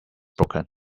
broken